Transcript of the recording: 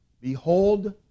Behold